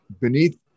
beneath